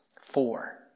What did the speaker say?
Four